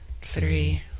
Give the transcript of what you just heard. three